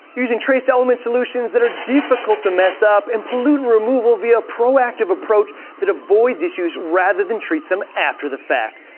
using trace element solutions that are difficult to mess up and pollutant removal via proactive approach that avoids issues rather than treats them after the fact.